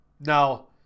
Now